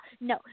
No